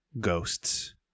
ghosts